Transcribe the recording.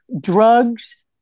drugs